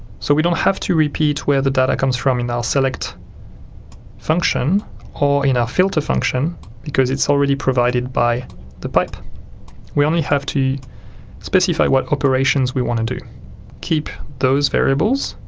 so we don't have to repeat where the data comes from in our select function or in our filter function because it's already provided by the pipe we only have to specify what operations we want to do keep those variables